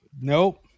nope